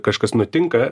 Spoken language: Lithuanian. kažkas nutinka